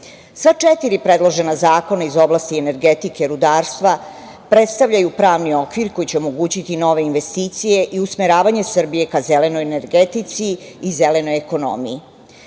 četiri predložena zakona iz oblasti energetike i rudarstva predstavljaju pravni okvir koji će omogućiti nove investicije i usmeravanje Srbije ka zelenoj energetici i zelenoj ekonomiji.U